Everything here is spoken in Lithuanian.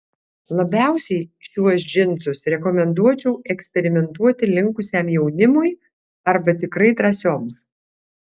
labiausiai šiuos džinsus rekomenduočiau eksperimentuoti linkusiam jaunimui arba tikrai drąsioms